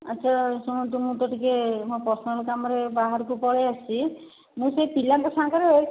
ଆଚ୍ଛା ଶୁଣନ୍ତୁ ମୁଁ ତ ଟିକେ ମୋ ପର୍ସନାଲ କାମରେ ବାହାରକୁ ପଳାଇ ଆସିଛି ମୁଁ ସେହି ପିଲାଙ୍କ ସାଙ୍ଗରେ